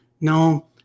no